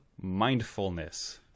mindfulness